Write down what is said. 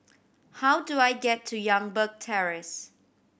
how do I get to Youngberg Terrace